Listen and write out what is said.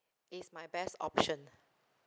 it's my best option